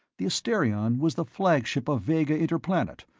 the asterion was the flagship of vega interplanet,